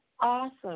awesome